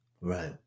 Right